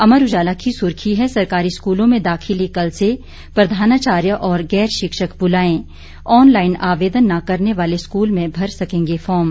अमर उजाला की सुर्खी है सरकारी स्कूलों में दाखिले कल से प्रधानाचार्य और गैर शिक्षक बुलाये ऑनलाईन आवेदन न करने वाले स्कूल में भर सकेंगे फार्म